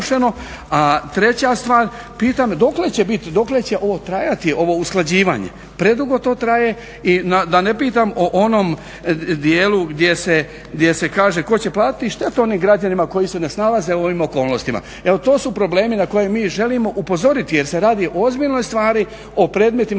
A treća stvar, pitam dokle će biti, dokle će ovo trajati ovo usklađivanje. Predugo to traje i da ne pitam o onom dijelu gdje se kaže tko će platiti štetu onim građanima koji se ne snalaze u ovom okolnostima. Evo to su problemi na koje mi želimo upozoriti jer se radi o ozbiljnoj stvari, o predmetima